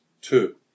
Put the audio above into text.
Two